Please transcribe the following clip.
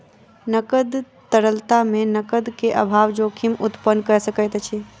नकद तरलता मे नकद के अभाव जोखिम उत्पन्न कय सकैत अछि